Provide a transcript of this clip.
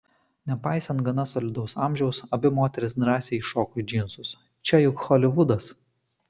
nepaisant gana solidaus amžiaus abi moterys drąsiai įšoko į džinsus čia juk holivudas